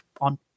on